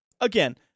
Again